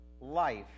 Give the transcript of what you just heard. life